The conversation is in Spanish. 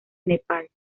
nepal